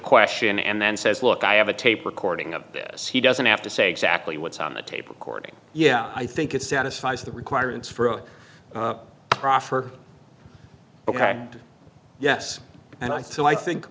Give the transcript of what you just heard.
question and then says look i have a tape recording of this he doesn't have to say exactly what's on the tape recording yeah i think it satisfies the requirements for a proffer ok yes and i think i think